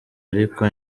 ariko